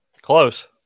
Close